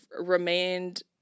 remained